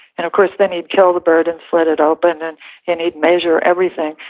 and of course, then he'd kill the bird and slit it open and and he'd measure everything,